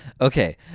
Okay